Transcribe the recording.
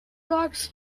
dogs